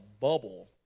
bubble